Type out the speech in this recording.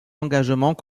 engagements